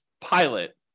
pilot